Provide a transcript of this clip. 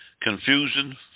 Confusion